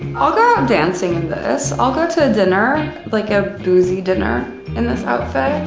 i'll go out dancing in this, i'll go to a dinner, like a boozy dinner in this outfit,